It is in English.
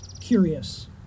curious